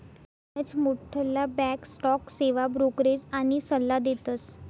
गनच मोठ्ठला back stock सेवा ब्रोकरेज आनी सल्ला देतस